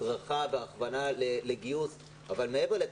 והדרכה והכוונה לגיוס אבל מעבר לכך,